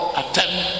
attempt